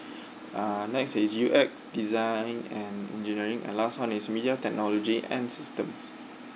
uh next is U_X design and engineering and last one is media technology and systems